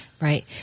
Right